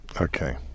Okay